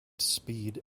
speed